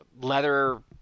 leather